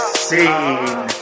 scene